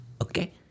Okay